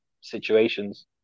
situations